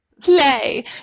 Play